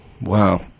Wow